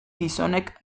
gizonek